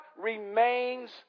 remains